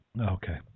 Okay